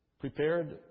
prepared